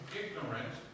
ignorant